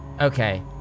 Okay